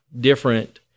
different